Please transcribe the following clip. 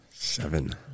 Seven